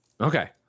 Okay